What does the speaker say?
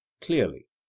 clearly